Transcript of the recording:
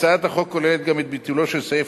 הצעת החוק כוללת גם את ביטולו של סעיף